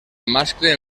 mascle